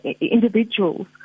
individuals